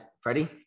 Freddie